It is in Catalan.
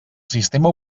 sistema